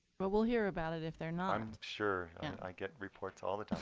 but we'll hear about it if they're not i'm sure. i get reports all the time.